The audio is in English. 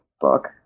book